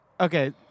Okay